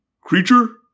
Creature